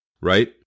Right